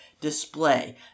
display